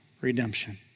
redemption